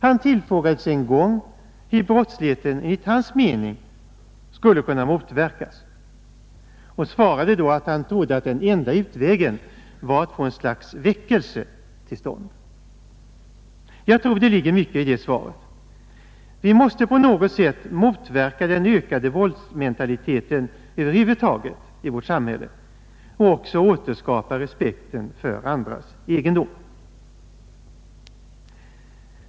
Han tillfrågades en gång hur brottsligheten enligt hans mening skulle kunna motverkas och svarade då, att han trodde att den enda utvägen var att få ett slags väckelse till stånd. Jag tror att det ligger mycket i det svaret. Vi måste på något sätt motverka den ökade våldsmentaliteten i vårt samhälle över huvud taget och också återskapa respekten för andras egendom.